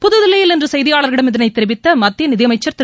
புதுதில்லியில் இன்று செய்தியாளர்களிடம் இதனை தெரிவித்த மத்திய நிதியமைச்சர் திரு